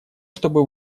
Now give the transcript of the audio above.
чтобы